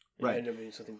right